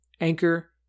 Anchor